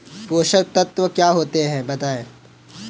पोषक तत्व क्या होते हैं बताएँ?